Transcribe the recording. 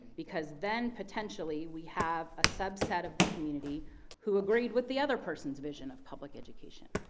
because then potentially, we have a subset of the community who agreed with the other person's vision of public education.